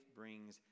brings